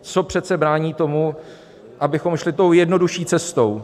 Co přece brání tomu, abychom šli tou jednodušší cestou?